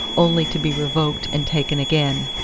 only to be revoked and taken again.